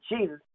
Jesus